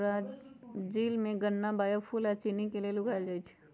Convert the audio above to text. Brazil में गन्ना biofuel आ चिन्नी के लेल उगाएल जाई छई